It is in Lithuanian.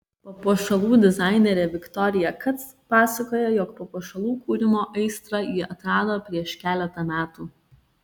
papuošalų dizainerė viktorija kac pasakoja jog papuošalų kūrimo aistrą ji atrado prieš keletą metų